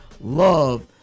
love